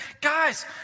guys